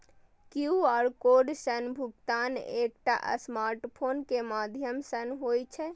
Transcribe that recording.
QR code सं भुगतान एकटा स्मार्टफोन के माध्यम सं होइ छै